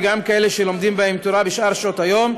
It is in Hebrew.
גם כאלה שלומדים בהם תורה בשאר שעות היום.